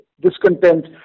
discontent